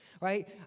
right